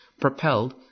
propelled